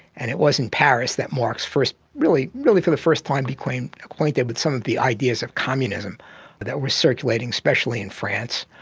and it was in paris that marx first really really for the first time became acquainted with some of the ideas of communism that were circulating, especially in france.